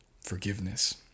forgiveness